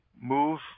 move